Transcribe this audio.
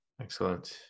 Excellent